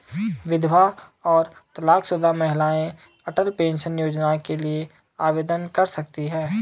विधवा और तलाकशुदा महिलाएं अटल पेंशन योजना के लिए आवेदन कर सकती हैं